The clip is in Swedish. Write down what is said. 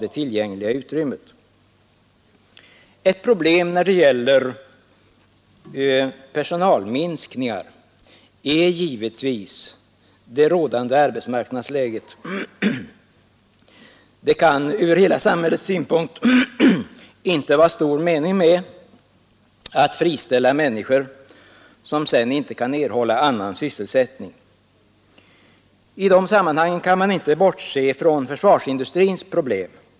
Ett problem när det gäller personalminskningar är givetvis det rådande arbetsmarknadsläget. Det kan från hela samhällets synpunkt inte vara stor mening med att friställa människor som sedan inte kan erhålla annan sysselsättning. I dessa sammanhang kan man inte bortse från försvarsindustrins problem.